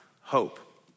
hope